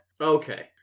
Okay